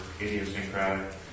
idiosyncratic